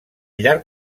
llarg